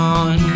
on